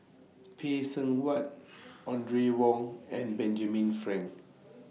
Phay Seng Whatt Audrey Wong and Benjamin Frank